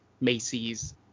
Macy's